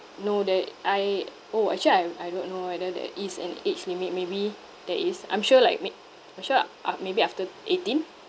no there I orh actually I I don't know whether there is an age limit maybe there is I'm sure like may~ I'm sure uh uh maybe after eighteen